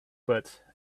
but